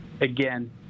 again